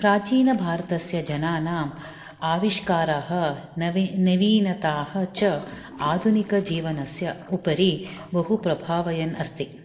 प्राचीनभारतस्य जनानां आविष्काराः नवी नवीनताः च आधुनिकजीवनस्य उपरि बहु प्रभावयन् अस्ति